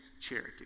charity